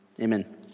Amen